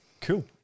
cool